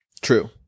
true